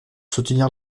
soutenir